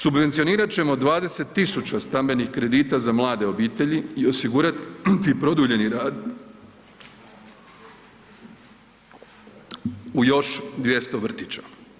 Subvencionirat ćemo 20.000 stambenih kredita za mlade obitelji i osigurati produljeni rad u još 200 vrtića.